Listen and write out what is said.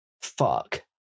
Fuck